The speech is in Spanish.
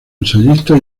ensayista